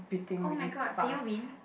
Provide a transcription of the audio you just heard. oh-my-god they will win